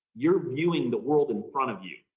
you're viewing the world in front of you,